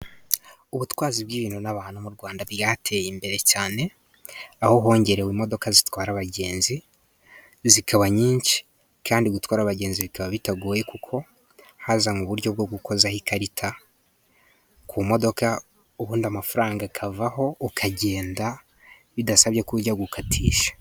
Ubutwazi bw'ibintu n'abantu mu Rwanda byateye imbere cyane, aho hongerewe imodoka zitwara abagenzi zikaba nyinshi. Kandi gutwara abagenzi bikaba bitagoye kuko hazanwe uburyo bwo gukozaho ikarita ku modoka, ubundi amafaranga akavaho ukagenda bidasabye ko ujya gukatisha.